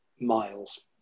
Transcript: miles